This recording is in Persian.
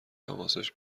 حواسش